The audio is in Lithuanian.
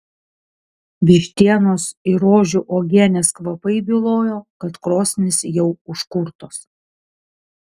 vištienos ir rožių uogienės kvapai bylojo kad krosnys jau užkurtos